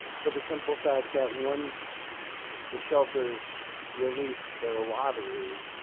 for the simple fact that once the shelters release their lottery,